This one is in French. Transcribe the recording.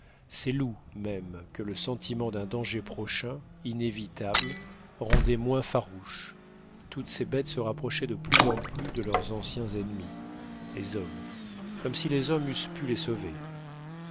ces loups même que le sentiment d'un danger prochain inévitable rendaient moins farouches toutes ces bêtes se rapprochaient de plus en plus de leurs anciens ennemis les hommes comme si les hommes eussent pu les sauver